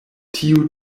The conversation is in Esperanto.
tiu